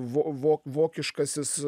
vo vo vokiškasis